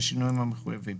בשינויים המחויבים.